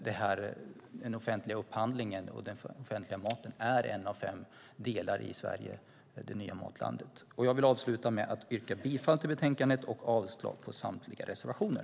Den offentliga upphandlingen och den offentliga maten är en av fem delar i "Sverige - det nya matlandet". Jag vill avsluta med att yrka bifall till förslaget i betänkandet och avslag på samtliga reservationer.